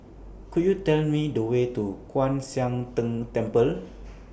Could YOU Tell Me The Way to Kwan Siang Tng Temple